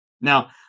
Now